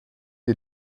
die